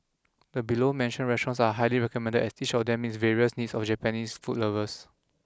the below mentioned restaurants are highly recommended as each of them meets various needs of Japanese food lovers